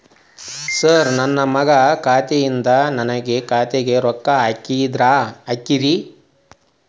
sir ನನ್ನ ಮಗನ ಖಾತೆ ಯಿಂದ ನನ್ನ ಖಾತೆಗ ರೊಕ್ಕಾ ಹಾಕ್ರಿ